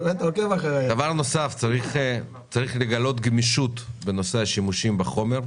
בנוסף, צריך לגלות גמישות בנושא השימושים בחומר,